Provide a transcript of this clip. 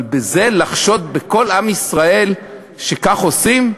אבל לחשוד בכל עם ישראל שכך עושים?